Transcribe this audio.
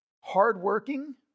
hardworking